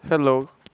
hello